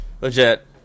Legit